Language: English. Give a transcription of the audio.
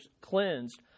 cleansed